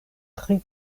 tri